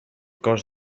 cost